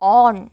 on